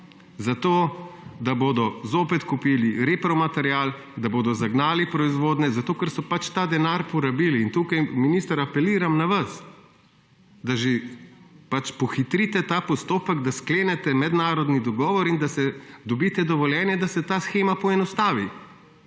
zato da bodo zopet kupili repromaterial, da bodo zagnali proizvodnjo, zato ker so pač ta denar porabili. In tukaj, minister, apeliram na vas, da že pohitrite ta postopek, da sklenete mednarodni dogovor in da dobite dovoljenje, da se ta shema poenostavi.